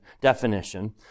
definition